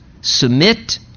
submit